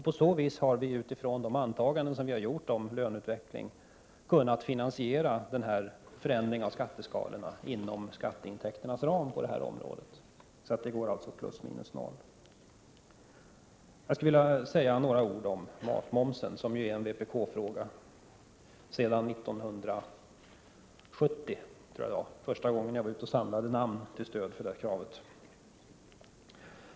På så vis har vi, utifrån de antaganden som vi har gjort om löneutvecklingen, kunnat finansiera denna förändring av skatteskalorna inom skatteintäkternas ram på detta område. Resultatet blir alltså plus minus noll. Jag skulle vilja säga några ord om matmomsen, som sedan länge är en vpk-fråga. Jag tror att första gången jag var ute och samlade namn till stöd för vårt förslag om matmomsen var 1970.